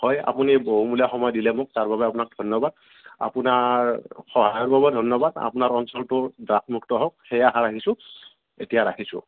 হয় আপুনি বহুমূলীয়া সময় দিলে মোক তাৰ বাবে আপোনাক ধন্যবাদ আপোনাৰ সহায়ৰ বাবে ধন্যবাদ আপোনাৰ অঞ্চলটো ড্ৰাগছমুক্ত হওক সেয়ে আশা ৰাখিছোঁ এতিয়া ৰাখিছোঁ